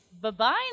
Bye-bye